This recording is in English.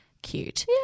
cute